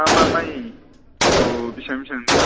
मा मा माइ खौ बेसेबां बेसेबां दाम